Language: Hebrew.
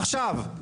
עכשיו,